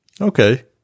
Okay